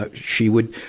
ah she would,